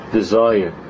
desire